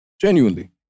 Genuinely